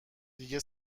دیگه